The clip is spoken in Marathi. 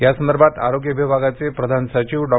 यासंदर्भात आरोग्य विभागाचे प्रधान सचिव डॉ